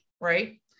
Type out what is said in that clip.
right